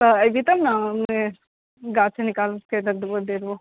तऽ आबि जेतऽ ने एने गाछ निकालिके रख देबौ दै देबौ